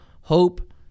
hope